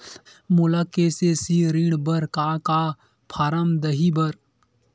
मोला के.सी.सी ऋण बर का का फारम दही बर?